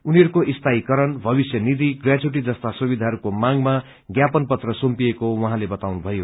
उनीहरूको स्थायिकरण भविष्य नीथि प्रेव्युटी जस्ता सुविधाहरूको मांगमा ज्ञापन पत्र सोम्पिएको उहाँले बताउनुभयो